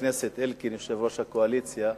ואלקין, יושב-ראש הקואליציה,